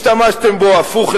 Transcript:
השתמשתם בו להיפך,